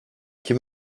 kim